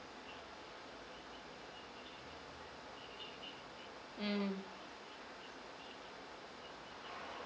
mm